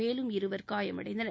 மேலும் இருவர் காயமடைந்தனர்